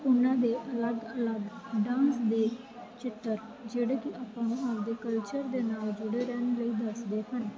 ਉਹਨਾਂ ਦੇ ਅਲੱਗ ਅਲੱਗ ਡਾਂਸ ਦੇ ਚਿੱਤਰ ਜਿਹੜੇ ਕਿ ਆਪਾਂ ਆਪਣੇ ਕਲਚਰ ਦੇ ਨਾਲ ਜੁੜੇ ਰਹਿਣ ਲਈ ਦੱਸਦੇ ਹਨ